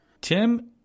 tim